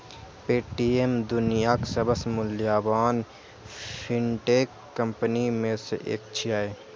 Paytm दुनियाक सबसं मूल्यवान फिनटेक कंपनी मे सं एक छियै